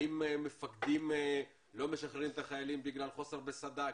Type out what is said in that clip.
האם מפקדים לא משחררים את החיילים בגלל חוסר בסדר כוחות?